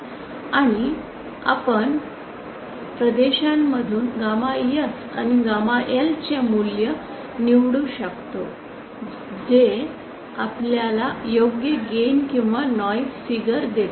आणि आपण या प्रदेशांमधून गॅमा S आणि गॅमा L चे मूल्य निवडू शकतो जे आपला योग्य गेन किंवा नॉईस फिगर देतात